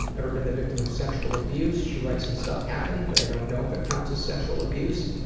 and ever been the victim of sexual abuse? she writes, some stuff happened but i don't know if it counts as sexual abuse.